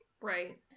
Right